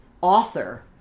author